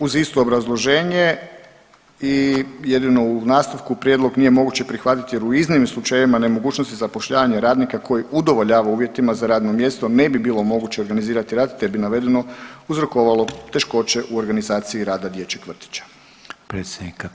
Uz isto obrazloženje i jedino u nastavku prijedlog nije moguće prihvatiti jer u iznimnim slučajevima nemogućnosti zapošljavanja radnika koji udovoljava uvjetima za radno mjesto ne bi bilo moguće organizirati rad te bi navedeno uzrokovalo teškoće u organizaciji rada dječjeg vrtića.